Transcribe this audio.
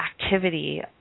activity